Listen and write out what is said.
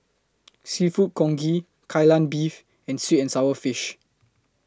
Seafood Congee Kai Lan Beef and Sweet and Sour Fish